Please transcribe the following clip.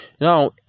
Now